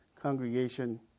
congregation